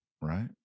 right